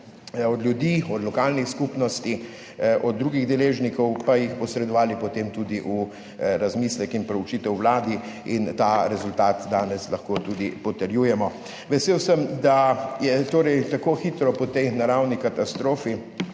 od ljudi, od lokalnih skupnosti, od drugih deležnikov in jih posredovali potem tudi v razmislek in proučitev Vladi in ta rezultat danes lahko tudi potrjujemo. Vesel sem, da se je torej tako hitro po tej naravni katastrofi